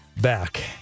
back